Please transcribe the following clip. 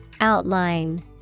Outline